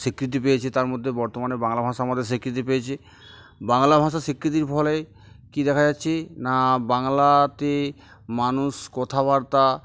স্বীকৃতি পেয়েছে তার মধ্যে বর্তমানে বাংলা ভাষা আমাদের স্বীকৃতি পেয়েছে বাংলা ভাষা স্বীকৃতির ফলে কী দেখা যাচ্ছে না বাংলাতে মানুষ কথাবার্তা